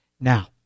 Now